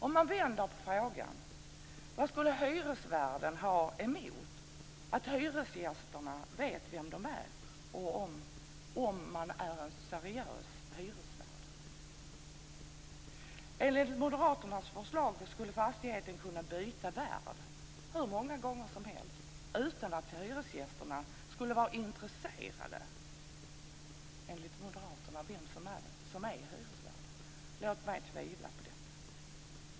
Om man vänder på frågan: Vad skulle hyresvärden ha emot att hyresgästerna vet vem man är om man är en seriös hyresvärd? Enligt moderaternas förslag skulle fastigheten kunna byta värd hur många gånger som helst utan att hyresgästerna skulle vara intresserade av vem som är hyresvärd. Låt mig tvivla på detta.